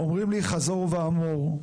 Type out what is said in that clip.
אומרים לי חזור ואמור,